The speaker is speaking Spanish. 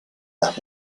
las